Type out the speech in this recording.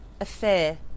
affair